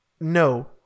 No